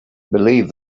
believe